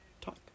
talk